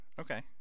Okay